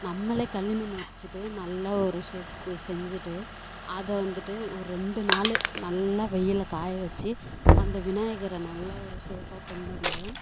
நம்மளே களிமண் வச்சுட்டு நல்ல ஒரு ஷேப்புக்கு செஞ்சுட்டு அதை வந்துட்டு ஒரு ரெண்டு நாள் நல்லா வெயிலில் காய வச்சு அந்த விநாயகரை நல்ல ஒரு ஷேப்பாக கொண்டு வந்து